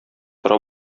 тора